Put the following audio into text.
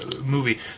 movie